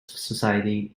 society